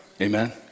Amen